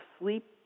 sleep